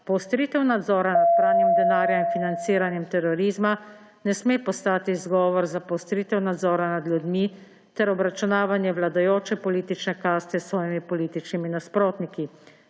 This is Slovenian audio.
Poostritev nadzora nad pranjem denarja in financiranjem terorizma ne sme postati izgovor za poostritev nadzora nad ljudmi ter obračunavanje vladajoče politične kaste s svojimi političnimi nasprotniki.